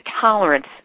tolerance